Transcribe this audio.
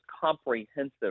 comprehensive